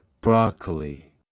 broccoli